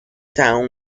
town